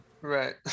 Right